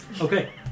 okay